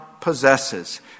possesses